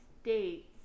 states